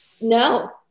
No